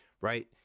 right